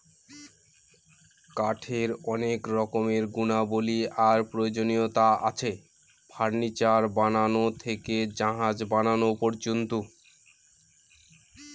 কাঠের অনেক রকমের গুণাবলী আর প্রয়োজনীয়তা আছে, ফার্নিচার বানানো থেকে জাহাজ বানানো পর্যন্ত